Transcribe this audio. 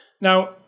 Now